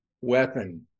weapon